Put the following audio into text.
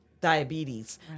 diabetes